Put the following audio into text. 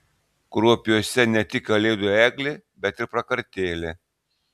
kruopiuose ne tik kalėdų eglė bet ir prakartėlė